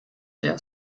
der